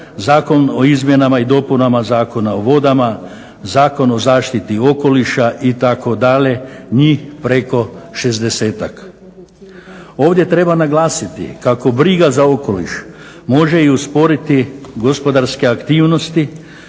Zakon o izmjenama i dopunama Zakona o vodama, Zakon o zaštiti okoliša itd. njih preko šezdesetak. Ovdje treba naglasiti kako briga za okoliš može i usporiti gospodarske aktivnosti